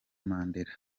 mandela